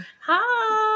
Hi